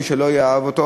מי שלא יאהב אותו.